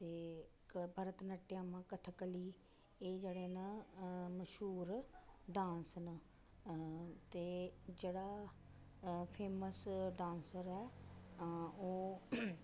ते इक भरतनाट्यम कथाकली एह् जेह्ड़े न मश्हूर डान्स न ते जेह्ड़ा फेमस डांसर ऐ ओह्